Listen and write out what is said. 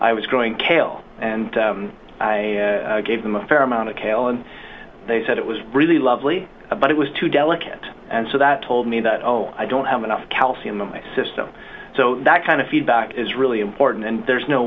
i was growing kale and i gave them a fair amount of kale and they said it was really lovely but it was too delicate and so that told me that oh i don't have enough calcium in my system so that kind of feedback is really important and there's no